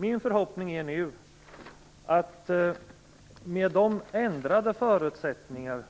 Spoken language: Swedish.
Min förhoppning är att de ändrade förutsättningar